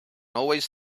always